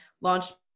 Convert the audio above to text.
launched